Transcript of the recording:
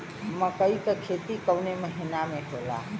मकई क खेती कवने महीना में होला?